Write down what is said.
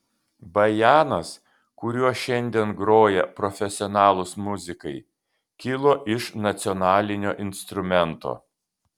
bajanas kuriuo šiandien groja profesionalūs muzikai kilo iš nacionalinio instrumento